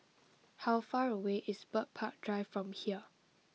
how far away is Bird Park Drive from here